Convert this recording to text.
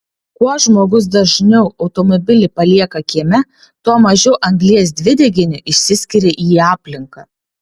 kuo žmogus dažniau automobilį palieka kieme tuo mažiau anglies dvideginio išsiskiria į aplinką